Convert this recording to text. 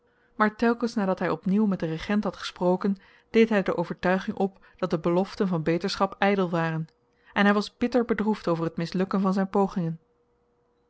maar telkens nadat hy op nieuw met den regent had gesproken deed hy de overtuiging op dat de beloften van beterschap ydel waren en hy was bitter bedroefd over t mislukken van zyn pogingen